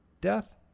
death